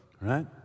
right